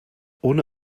ohne